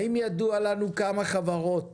האם ידוע לנו כמה חברות